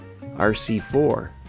RC4